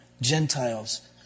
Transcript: Gentiles